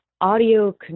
audio